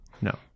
No